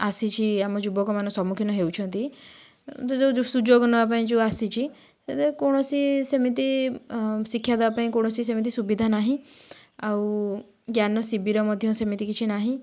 ଆସିଛି ଆମ ଯୁବକମାନେ ସମ୍ମୁଖୀନ ହେଉଛନ୍ତି ଯୋଉ ଯୋଉ ସୁଯୋଗ ନେବାପାଇଁ ଯେଉଁ ଆସିଛି ସେଥିରେ କୌଣସି ସେମିତି ଶିକ୍ଷା ଦେବାପାଇଁ କୌଣସି ସେମିତି ସୁବିଧା ନାହିଁ ଆଉ ଜ୍ଞାନ ଶିବିର ମଧ୍ୟ ସେମିତି କିଛି ନାହିଁ